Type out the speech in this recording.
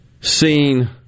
seen